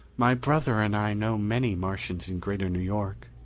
my brother and i know many martians in greater new york.